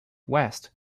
west